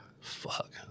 Fuck